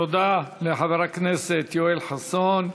תודה לחבר הכנסת יואל חסון.